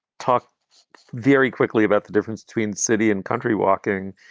talk very quickly about the difference between city and country walking,